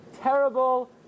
terrible